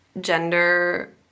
gender